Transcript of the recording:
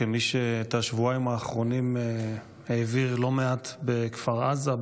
כמי שאת השבועיים האחרונים העביר לא מעט בכפר עזה,